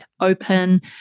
open